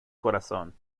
corazón